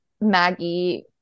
maggie